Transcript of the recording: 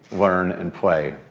learn, and play.